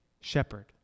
shepherd